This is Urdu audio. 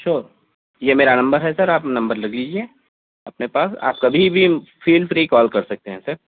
شیور یہ میرا نمبر ہے سر آپ نمبر لکھ لیجیے اپنے پاس آپ کبھی بھی فیل فری کال کر سکتے ہیں سر